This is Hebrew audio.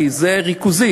כי זה ריכוזי,